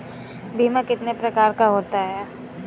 बीमा कितने प्रकार का होता है?